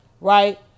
Right